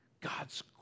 God's